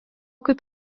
kaip